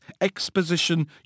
Exposition